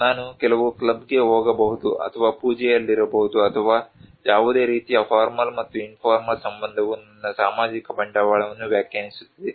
ನಾನು ಕೆಲವು ಕ್ಲಬ್ಗೆ ಹೋಗಬಹುದು ಅಥವಾ ಪೂಜೆಯಲ್ಲಿರಬಹುದು ಅಥವಾ ಯಾವುದೇ ರೀತಿಯ ಫಾರ್ಮಲ್ ಮತ್ತು ಇನ್ಫೋರ್ಮಲ್ ಸಂಬಂಧವು ನನ್ನ ಸಾಮಾಜಿಕ ಬಂಡವಾಳವನ್ನು ವ್ಯಾಖ್ಯಾನಿಸುತ್ತದೆ